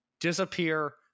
disappear